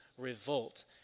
revolt